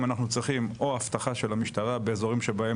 אנחנו צריכים או אבטחה של המשטרה באזורים שבהם